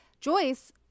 Joyce